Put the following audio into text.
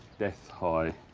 death, high.